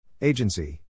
Agency